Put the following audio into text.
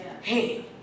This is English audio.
hey